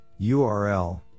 URL